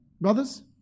Brothers